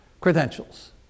credentials